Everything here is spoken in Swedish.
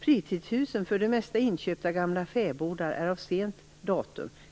Fritidshusen, för det mesta inköpta gamla fäbodar, blev fritidshus